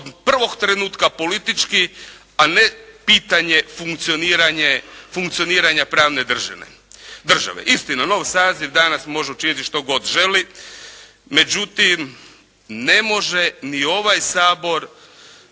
od prvog trenutka politički a ne pitanje funkcioniranje, funkcioniranja pravne države. Istina novi saziv danas može učiniti što god želi međutim ne može ni ovaj Sabor